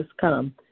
Come